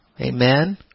Amen